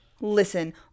listen